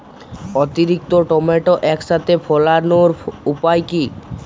অতিরিক্ত টমেটো একসাথে ফলানোর উপায় কী?